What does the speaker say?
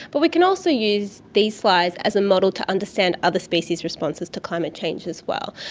but we can also use these flies as a model to understand other species' responses to climate change as well.